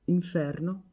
inferno